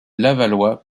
lavallois